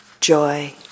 joy